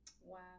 Wow